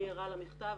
אני ערה למכתב.